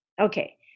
Okay